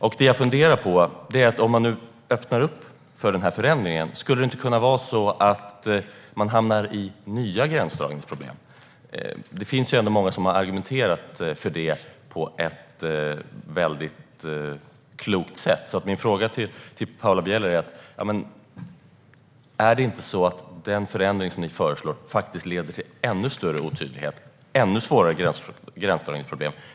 Om man nu öppnar upp för denna förändring, skulle det då inte kunna vara så att man hamnar i nya gränsdragningsproblem? Det är ändå många som har argumenterat för det på ett mycket klokt sätt. Min fråga till Paula Bieler är därför: Leder inte den förändring som ni föreslår faktiskt till ännu större otydlighet och till ännu svårare gränsdragningsproblem?